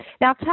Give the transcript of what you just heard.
Now